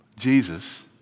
Jesus